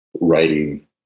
writing